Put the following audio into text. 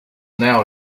now